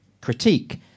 critique